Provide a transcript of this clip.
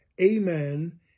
amen